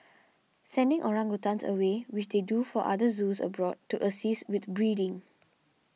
sending orangutans away which they do for other zoos abroad to assist with breeding